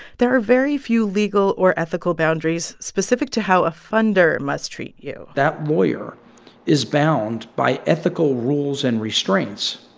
there are very few legal or ethical boundaries specific to how a funder must treat you that lawyer is bound by ethical rules and restraints